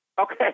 okay